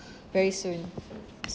very soon